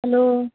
hello